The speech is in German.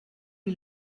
die